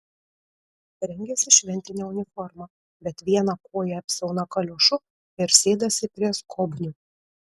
rengiasi šventine uniforma bet vieną koją apsiauna kaliošu ir sėdasi prie skobnių